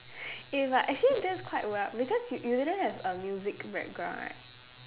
eh but actually that's quite we~ because y~ you didn't have a music background right